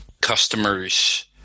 customers